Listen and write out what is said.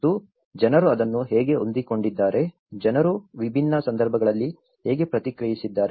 ಮತ್ತು ಜನರು ಅದನ್ನು ಹೇಗೆ ಹೊಂದಿಕೊಂಡಿದ್ದಾರೆ ಜನರು ವಿಭಿನ್ನ ಸಂದರ್ಭಗಳಲ್ಲಿ ಹೇಗೆ ಪ್ರತಿಕ್ರಿಯಿಸಿದ್ದಾರೆ ಎಂಬುದನ್ನು ಅವರು ನೋಡಿದ್ದಾರೆ